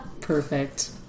Perfect